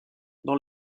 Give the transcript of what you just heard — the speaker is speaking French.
dans